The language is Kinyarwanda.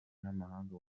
n’amahanga